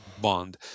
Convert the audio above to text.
bond